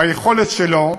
ביכולת שלו לאמוד,